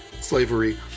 slavery